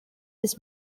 his